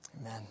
Amen